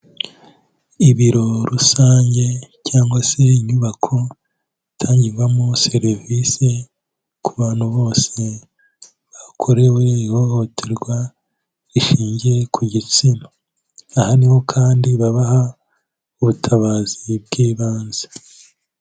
Ibiro rusange cyangwa se inyubako itangirwamo serivise ku bantu bose bakorewe ihohoterwa rishingiye ku gitsina. Aha niho kandi, babaha ubutabazi bw'ibanze.